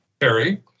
Harry